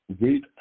Wait